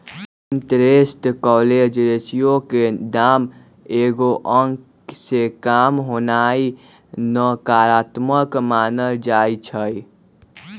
interest coverage ratio के दाम एगो अंक से काम होनाइ नकारात्मक मानल जाइ छइ